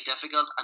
difficult